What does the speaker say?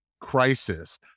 crisis